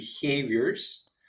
behaviors